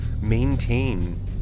maintain